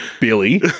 Billy